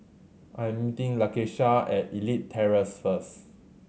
I'm meeting Lakeisha at Elite Terrace first